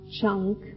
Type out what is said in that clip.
chunk